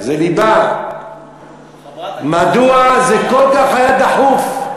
מדוע זה היה כל כך דחוף?